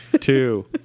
two